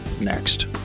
next